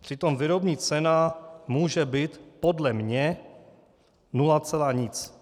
Přitom výrobní cena může být podle mě nula celá nic.